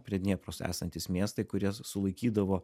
prie dniepros esantys miestai kurie su sulaikydavo